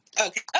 okay